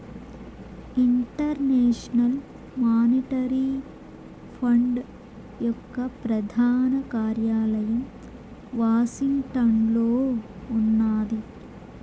international monetary fund యొక్క ప్రధాన కార్యాలయం వాషింగ్టన్లో ఉన్నాది